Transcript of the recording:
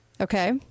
okay